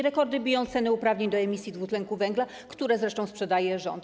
Rekordy biją ceny uprawnień do emisji dwutlenku węgla, które zresztą sprzedaje rząd.